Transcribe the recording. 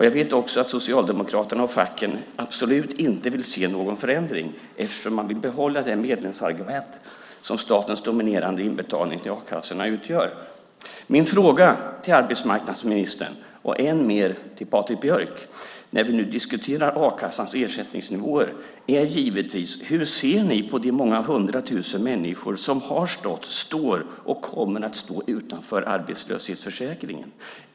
Jag vet också att Socialdemokraterna och facken absolut inte vill se någon förändring eftersom man vill behålla det medlemsargument som statens dominerande inbetalning till a-kassorna utgör. Min fråga till arbetsmarknadsministern, och än mer till Patrik Björck, när vi nu diskuterar a-kassans ersättningsnivåer, är givetvis: Hur ser ni på de många hundratusen människor som har stått, står och kommer att stå utanför arbetslöshetsförsäkringen?